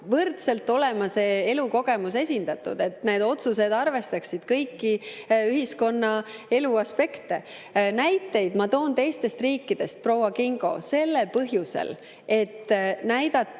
võrdselt olema see elukogemus esindatud – et need otsused arvestaksid kõiki ühiskonnaelu aspekte. Näiteid ma toon teistest riikidest, proua Kingo, sellel põhjusel, et näidata